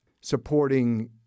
supporting